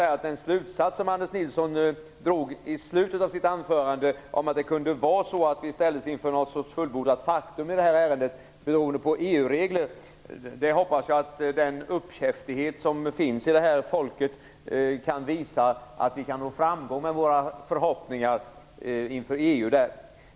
Anders Nilsson drog i slutet av sitt anförande den slutsatsen att vi kan ställas inför ett fullbordat faktum i ärendet beroende på EU-regler. Jag hoppas att den uppkäftighet som finns hos folket kan visa att vi kan nå framgång i EU.